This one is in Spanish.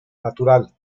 natural